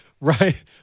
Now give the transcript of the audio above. right